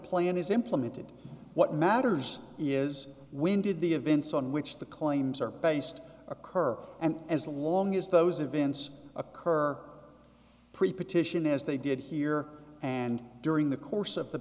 plan is implemented what matters is when did the events on which the claims are based occur and as long as those events occur pre partition as they did here and during the course of the